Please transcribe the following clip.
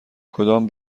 کدام